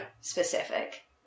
Specific